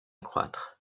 croître